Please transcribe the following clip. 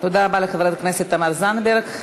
תודה רבה לחברת הכנסת תמר זנדברג.